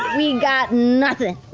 we got nothing!